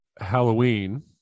Halloween